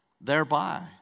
thereby